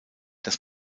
das